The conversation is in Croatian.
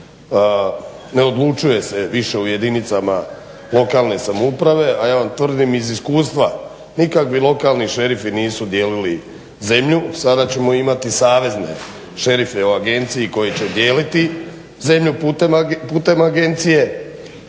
Ne odlučuje se više u jedinicama lokalne samouprave, a ja vam tvrdim iz iskustva nikakvi lokalni šerifi nisu dijelili zemlju. Sad ćemo imati savezne šerife u agenciji koji će dijeliti zemlju putem agencije